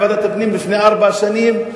בוועדת הפנים לפני ארבע שנים,